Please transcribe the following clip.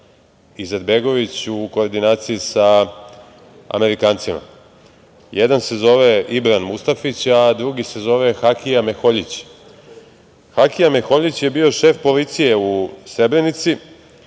Izetbegović u koordinaciji sa Amerikancima. Jedan se zove Ibran Mustafić, a drugi se zove Hakija Meholjić. Hakija Meholjić je bio šef policije u Srebrenici